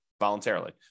voluntarily